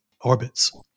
orbits